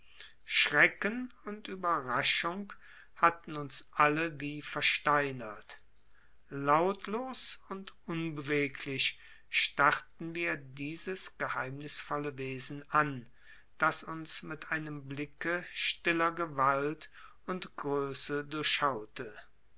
schrecken und überraschung hatten uns alle wie versteinert lautlos und unbeweglich starrten wir dieses geheimnisvolle wesen an das uns mit einem blicke stiller gewalt und größe